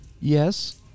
Yes